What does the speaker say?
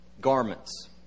Garments